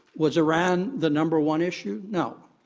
was iran the number one issue? no.